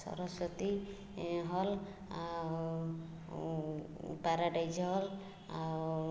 Saraswati hall ଆଉ paradise hall ଆଉ